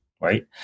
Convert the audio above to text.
right